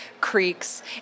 creeks